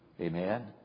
Amen